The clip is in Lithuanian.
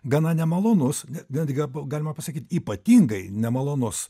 gana nemalonus netgi galima pasakyt ypatingai nemalonus